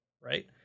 right